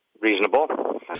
reasonable